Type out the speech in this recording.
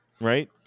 Right